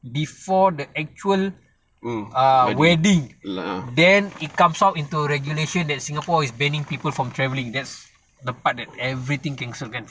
before the actual err wedding then it comes out into regulation that singapore is banning people from travelling that's the part everything cancel kan for him